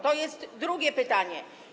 To jest drugie pytanie.